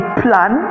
plan